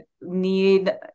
need